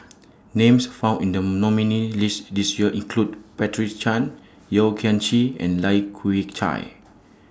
Names found in The nominees' list This Year include Patricia Chan Yeo Kian Chye and Lai Kew Chai